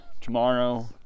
tomorrow